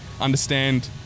understand